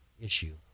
issue